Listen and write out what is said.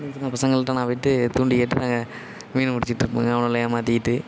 சின்னச்சின்ன பசங்கள்ட நான் போய்ட்டு தூண்டில் கேட்டு நான் மீன் பிடிச்சிட்ருக்கும்போது அவங்கள ஏமாற்றிக்கிட்டு